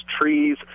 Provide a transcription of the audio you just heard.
trees